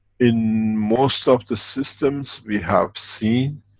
in most of the systems we have seen,